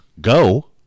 go